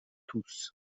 tous